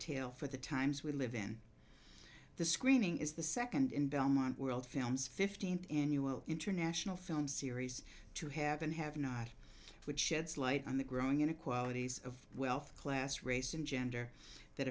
tale for the times we live in the screening is the second in belmont world films fifteenth annual international film series to have and have not which sheds light on the growing inequalities of wealth class race and gender that